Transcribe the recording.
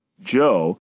Joe